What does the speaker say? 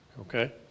Okay